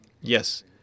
yes